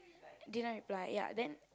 didn't reply ya then